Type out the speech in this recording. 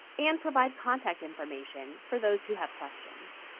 and provide contact information for those who have questions.